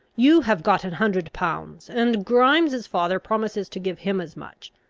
you have got an hundred pounds, and grimes's father promises to give him as much.